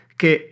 che